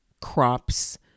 crops